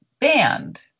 band